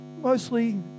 mostly